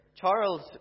Charles